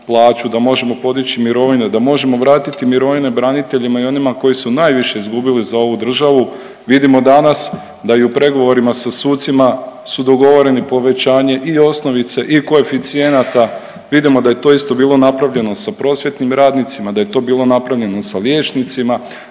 da možemo podići mirovine, da možemo vratiti mirovine braniteljima i onima koji su najviše izgubili za ovu državu, vidimo danas da i u pregovorima sa sucima su dogovoreni povećanje i osnovice i koeficijenata, vidimo da je to isto bilo napravljeno sa prosvjetnim radnicima, da je to bilo napravljeno i sa liječnicima,